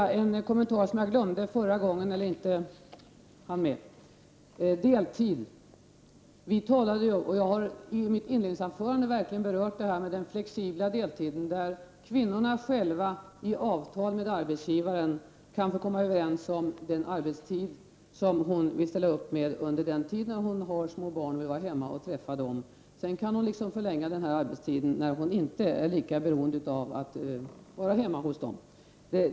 Fru talman! Låt mig först göra en kommentar som jag inte hann med tidigare. Jag berörde i mitt inledningsanförande verkligen den flexibla deltiden, som innebär att kvinnorna själva i avtal med arbetsgivaren kan komma överens om den arbetstid som de vill ställa upp med under den tid då de har små barn och vill vara hemma och träffa dem. Sedan kan de förlänga denna arbetstid när de inte är lika beroende av att vara hemma med barnen.